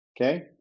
Okay